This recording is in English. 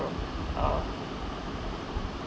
uh